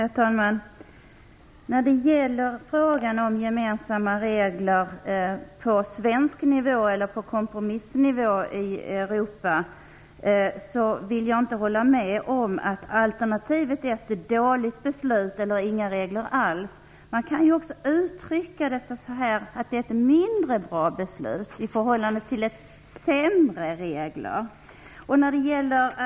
Herr talman! När det gäller frågan om gemensamma regler på svensk nivå eller på kompromissnivå i Europa vill jag inte hålla med om att alternativet är ett dåligt beslut eller inga regler alls. Man kan ju också uttrycka det som ett mindre bra beslut i förhållande till sämre regler.